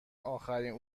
آخرین